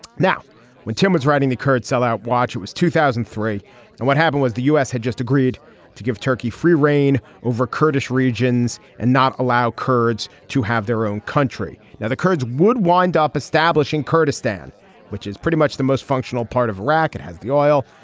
now when tim was writing the kurds sell out watch it was two thousand and three and what happened was the u s. had just agreed to give turkey free reign over kurdish regions and not allow kurds to have their own country. now the kurds would wind up establishing kurdistan which is pretty much the most functional part of iraq and has the oil.